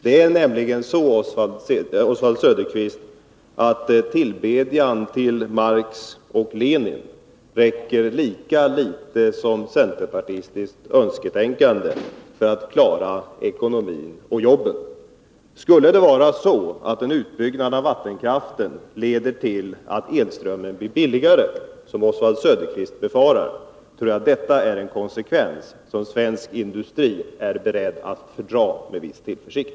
Det är nämligen så, Oswald Söderqvist, att tillbedjan till Marx och Lenin räcker lika litet som centerpartistiskt önsketänkande för att klara ekonomin och jobben. Skulle en utbyggnad av vattenkraften dessutom leda till att elströmmen blir billigare, som Oswald Söderqvist befarar, tror jag att detta är en konsekvens som svensk industri är beredd att ta med en viss tillförsikt.